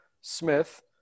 Smith